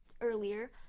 earlier